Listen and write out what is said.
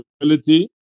ability